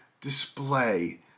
display